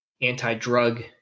anti-drug